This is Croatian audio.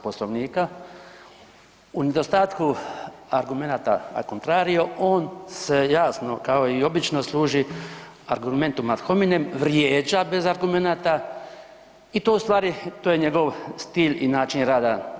Poslovnika, u nedostatku argumenata a contrario on se jasno kao i obično služi argumentom ad hominem, vrijeđa bez argumenata i to u stvari to je njegov stil i način rada.